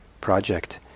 project